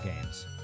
games